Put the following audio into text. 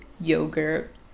yogurt